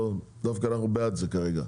דווקא אנחנו בעד זה כרגע.